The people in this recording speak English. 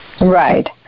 Right